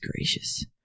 gracious